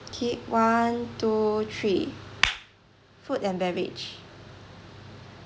K one two three food and beverage